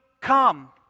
come